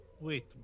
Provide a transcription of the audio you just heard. wait